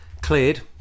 cleared